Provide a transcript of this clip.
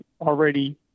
already